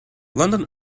london